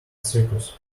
circus